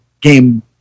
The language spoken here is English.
game